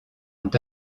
ont